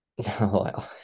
No